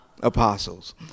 apostles